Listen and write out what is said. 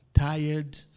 tired